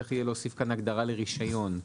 צריך יהיה להוסיף כאן הגדרה לרישיון,